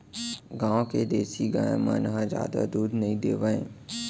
गॉँव के देसी गाय मन ह जादा दूद नइ देवय